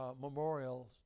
memorials